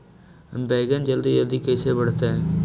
बैगन जल्दी जल्दी कैसे बढ़तै?